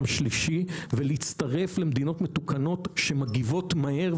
שלישי ולהצטרף למדינות מתוקנות שמגיבות מהר,